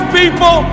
people